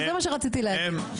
זה מה שרציתי להגיד.